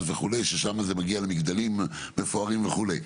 וכו' ששם זה מגיע למגדלים מפוארים וכו'.